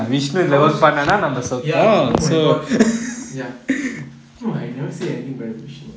and those ya oh my god ya oh I never say anything bad about vishnu ah